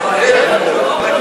החוק ילך לוועדת הפנים וייגמר מהר,